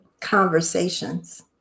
conversations